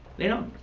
now